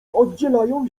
oddzielają